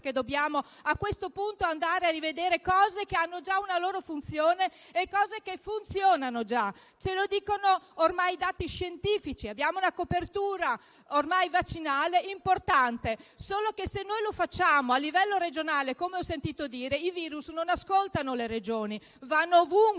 perché dobbiamo a questo punto andare a rivedere cose che hanno già una loro funzione e che funzionano. Ce lo dicono ormai i dati scientifici. Abbiamo ormai una copertura vaccinale importante. Se lo facciamo a livello regionale, come ho sentito dire, i *virus* non ascoltano le Regioni; vanno ovunque.